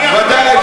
ודאי.